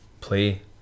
play